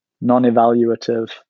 non-evaluative